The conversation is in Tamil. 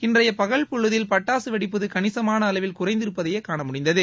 இன்றைய பகல் பொழுதில் பட்டாசு வெடிப்பது கணிசமான அளவில் குறைந்திருப்பதையே காணமுடிந்தது